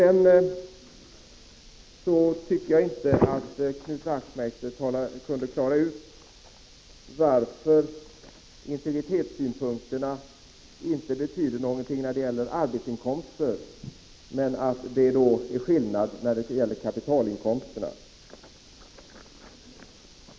Knut Wachtmeister klarade inte ut varför integritetssynpunkterna inte har någon betydelse i fråga om arbetsinkomster, men har betydelse i fråga om kapitalinkomster.